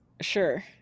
Sure